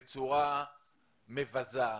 בצורה מבזה,